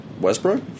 Westbrook